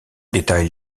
détaille